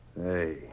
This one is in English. Hey